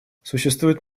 существует